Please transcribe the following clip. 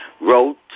wrote